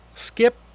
Skip